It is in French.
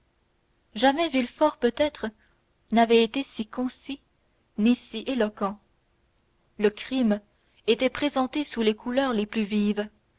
jamais villefort peut-être n'avait été si concis ni si éloquent le crime était présenté sous les couleurs les plus vives